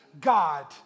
God